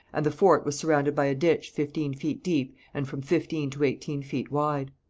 and the fort was surrounded by a ditch fifteen feet deep and from fifteen to eighteen feet wide.